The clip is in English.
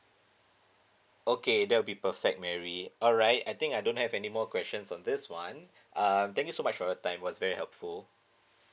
okay that will be perfect mary alright I think I don't have any more questions on this one um thank you so much for your time it was very helpful